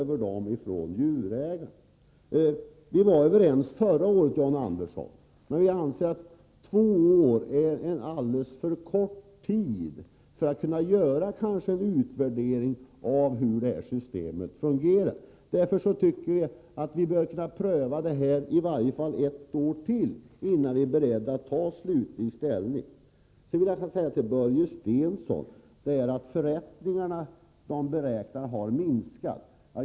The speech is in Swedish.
Vi var överens förra året, John Andersson. Men vi anser att två år är alldeles för kort tid för att vi skall kunna göra en utvärdering av hur detta system fungerar. Därför bör vi pröva detta system i ytterligare ett år innan vi är beredda att ta slutlig ställning. Till Börje Stensson vill jag säga att antalet förrättningar har minskat.